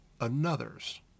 another's